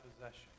possession